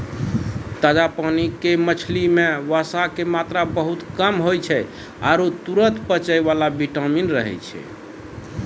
ताजा पानी के मछली मॅ वसा के मात्रा बहुत कम होय छै आरो तुरत पचै वाला प्रोटीन रहै छै